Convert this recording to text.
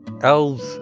Elves